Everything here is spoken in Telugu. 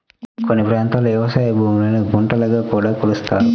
కొన్ని ప్రాంతాల్లో వ్యవసాయ భూములను గుంటలుగా కూడా కొలుస్తారు